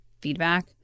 feedback